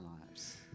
lives